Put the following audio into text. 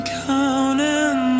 counting